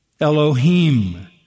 Elohim